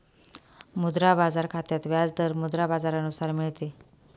मुद्रा बाजार खात्यात व्याज दर मुद्रा बाजारानुसार मिळते